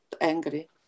angry